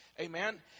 Amen